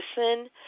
listen